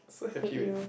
so happy meh